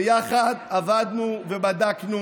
ויחד עבדנו ובדקנו.